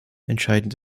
entscheidend